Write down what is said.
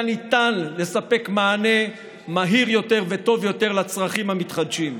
ניתן לספק מענה מהיר יותר וטוב יותר לצרכים המתחדשים,